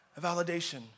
validation